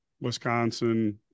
Wisconsin